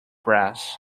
brass